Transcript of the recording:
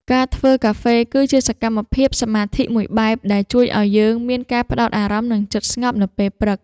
ការធ្វើកាហ្វេ គឺជាសកម្មភាពសមាធិមួយបែប ដែលជួយឱ្យយើងមានការផ្ដោតអារម្មណ៍ និងចិត្តស្ងប់នៅពេលព្រឹក។